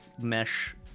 mesh